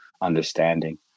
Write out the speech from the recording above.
understanding